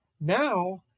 Now